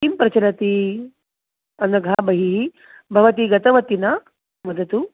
किं प्रचलति अनघा बहिः भवती गतवती न वदतु